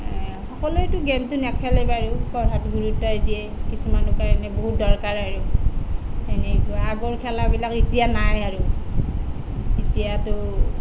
সকলোৱেতো গেমটো নেখেলে বাৰু পঢ়াটো গুৰুত্বই দিয়ে কিছুমানৰ কাৰণে বহুত দৰকাৰ আৰু সেনেকুৱা আগৰ খেলাবিলাক এতিয়া নাই আৰু এতিয়াতো